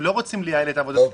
הם לא רוצים לייעל את העבודה,